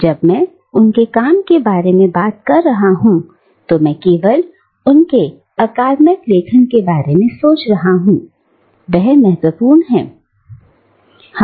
जब मैं उनके काम के बारे में बात कर रहा हूं तो मैं केवल उनके अकादमिक लेखन के बारे में सोच रहा हूं वह महत्वपूर्ण है